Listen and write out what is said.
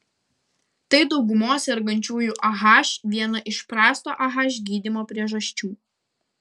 tai daugumos sergančiųjų ah viena iš prasto ah gydymo priežasčių